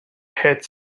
hit